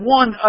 one